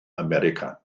america